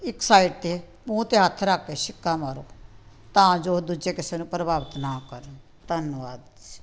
ਇੱਕ ਸਾਈਡ 'ਤੇ ਮੂੰਹ 'ਤੇ ਹੱਥ ਰੱਖ ਕੇ ਛਿੱਕਾਂ ਮਾਰੋ ਤਾਂ ਜੋ ਦੂਜੇ ਕਿਸੇ ਨੂੰ ਪ੍ਰਭਾਵਿਤ ਨਾ ਕਰਨ ਧੰਨਵਾਦ ਜੀ